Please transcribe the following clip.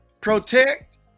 Protect